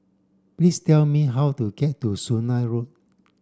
please tell me how to get to Sungei Road